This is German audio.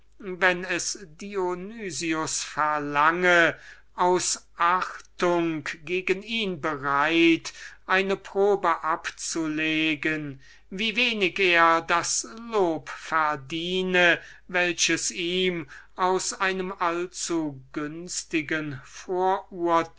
wenn es dionys verlange aus achtung gegen ihn bereit eine probe abzulegen wie wenig er das lob verdiene welches ihm aus einem